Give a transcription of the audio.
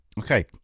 Okay